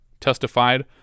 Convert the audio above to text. testified